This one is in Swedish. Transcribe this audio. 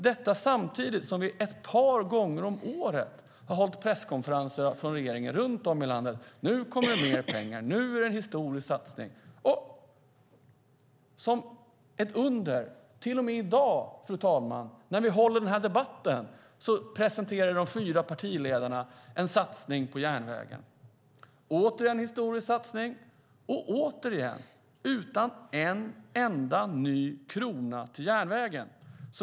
Det sker samtidigt som regeringen ett par gånger om året håller presskonferenser runt om i landet och säger att nu kommer mer pengar, nu sker en historisk satsning. Och som genom ett under presenterar de fyra partiledarna i dag, fru talman, när vi har den här debatten, en satsning på järnvägen. Återigen är det en historisk satsning, och återigen utan en enda ny krona till järnvägen.